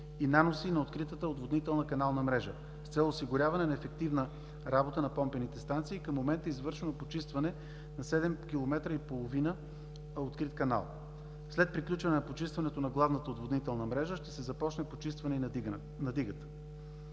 и наноси на откритата отводнителна канална мрежа с цел осигуряване на ефективна работа на помпените станции и към момента е извършено почистване на 7,5 км открит канал. След приключване на почистването на главната отводнителна мрежа ще започне почистване на дигата.